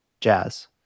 Jazz